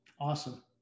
Awesome